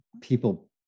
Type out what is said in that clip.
people